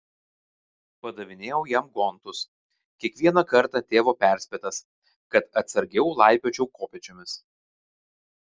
padavinėjau jam gontus kiekvieną kartą tėvo perspėtas kad atsargiau laipiočiau kopėčiomis